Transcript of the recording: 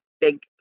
big